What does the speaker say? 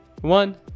one